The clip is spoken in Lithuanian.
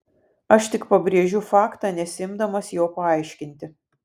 aš tik pabrėžiu faktą nesiimdamas jo paaiškinti